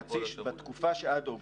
בתקופה שעד אוגוסט.